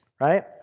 right